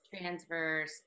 transverse